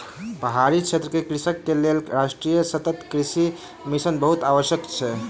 पहाड़ी क्षेत्रक कृषक के लेल राष्ट्रीय सतत कृषि मिशन बहुत आवश्यक अछि